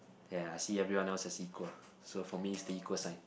ya I see everyone else as equal so for me is the equal sign